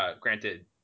granted